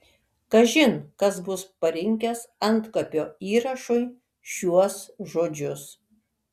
kažin kas bus parinkęs antkapio įrašui šiuos žodžius